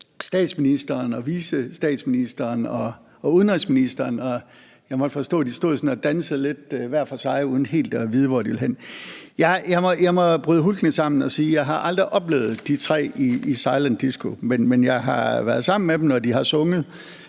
vicestatsministeren og udenrigsministeren, og der måtte jeg forstå, at de sådan stod og dansede lidt hver for sig uden helt at vide, hvor de ville hen. Jeg må bryde hulkende sammen og sige, at jeg aldrig har oplevet de tre til silent disco, men jeg har været sammen med dem, når de har sunget,